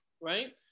right